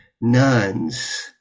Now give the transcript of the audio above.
nuns